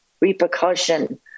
repercussion